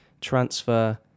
transfer